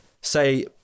say